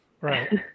right